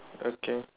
okay